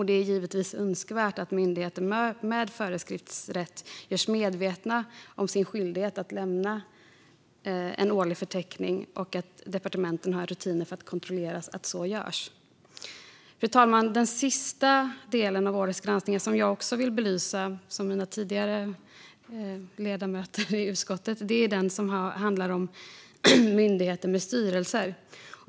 Det är givetvis önskvärt att myndigheter med föreskriftsrätt görs medvetna om sin skyldighet att lämna en årlig förteckning och att departementen har rutiner för att kontrollera att så görs. Fru talman! Den sista delen av årets granskning som jag vill belysa, och som tidigare talare från utskottet har tagit upp, är den som handlar om myndigheter med styrelser.